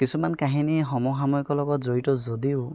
কিছুমান কাহিনী সমসাময়িকৰ লগত যদিও